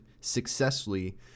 successfully